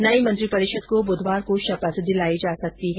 नई मंत्रिपरिषद को बुधवार को शपथ दिलाई जा सकती है